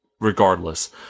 regardless